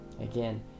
Again